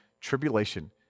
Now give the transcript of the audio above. tribulation